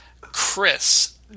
chris